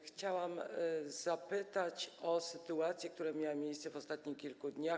Chciałam zapytać o sytuację, która miała miejsce w ostatnich kilku dniach.